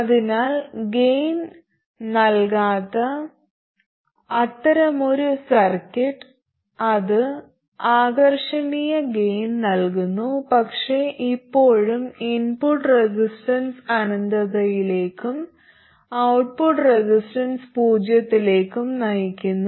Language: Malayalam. അതിനാൽ ഗെയിൻ നൽകാത്ത അത്തരമൊരു സർക്യൂട്ട് അത് ആകർഷണീയ ഗെയിൻ നൽകുന്നു പക്ഷേ ഇപ്പോഴും ഇൻപുട്ട് റെസിസ്റ്റൻസ് അനന്തതയിലേക്കും ഔട്ട്പുട്ട് റെസിസ്റ്റൻസ് പൂജ്യത്തിലേക്കും നയിക്കുന്നു